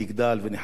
אני מאוד מודה לך.